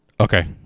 Okay